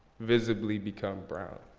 visibly become brown.